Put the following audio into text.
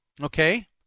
Okay